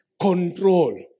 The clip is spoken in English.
control